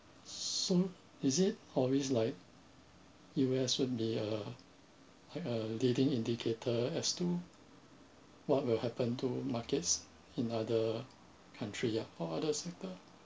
so is it always like U_S would be uh a leading indicator as to what will happen to markets in other country ya or other sector